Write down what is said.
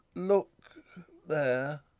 look there